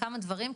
כמה דברים,